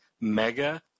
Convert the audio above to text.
Mega